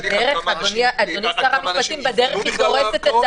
בדרך היא דורסת את